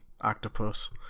Octopus